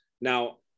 now